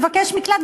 מבקש מקלט,